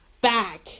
back